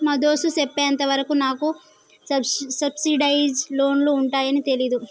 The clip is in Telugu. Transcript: మా దోస్త్ సెప్పెంత వరకు నాకు సబ్సిడైజ్ లోన్లు ఉంటాయాన్ని తెలీదు